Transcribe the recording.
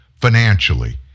financially